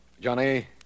Johnny